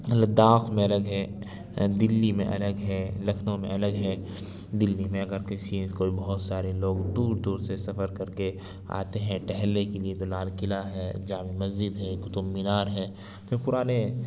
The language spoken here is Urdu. لداخ میں الگ ہے دلّی میں الگ ہے لکھنؤ میں الگ ہے دلّی میں اگر کسی کوئی بہت سارے لوگ دور دور سے سفر کر کے آتے ہیں ٹہلنے کے لیے تو لال قلعہ ہے جامع مسجد ہے قطب مینار ہے پھر پرانے